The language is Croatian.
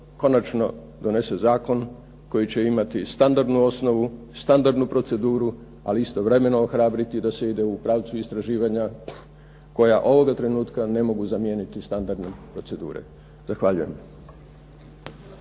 konačno donese zakon koji će imati standardnu osnovu, standardnu proceduru, ali istovremeno ohrabriti da se ide u pravcu istraživanja koja ovoga trenutka ne mogu zamijeniti standardne procedure. Zahvaljujem.